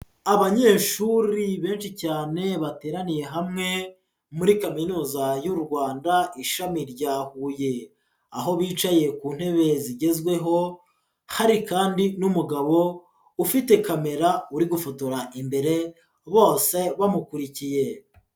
Abanyeshuri benshi cyane bateraniye hamwe muri Kaminuza y'u Rwanda ishami rya Huye, aho bicaye ku ntebe zigezweho, hari kandi n'umugabo ufite kamera uri gufotora imbere bose bamukurikiye.